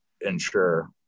ensure